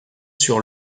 sur